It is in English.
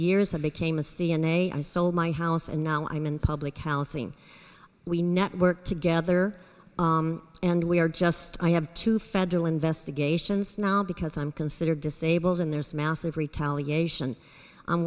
years have became a c n a i sold my house and now i'm in public housing we networked together and we are just i have two federal investigations now because i'm considered disabled and there's massive retaliation i'm